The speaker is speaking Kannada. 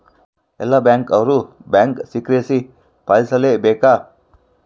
ಎಲ್ಲ ಬ್ಯಾಂಕ್ ಅವ್ರು ಬ್ಯಾಂಕ್ ಸೀಕ್ರೆಸಿ ಪಾಲಿಸಲೇ ಬೇಕ